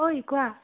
অই কোৱা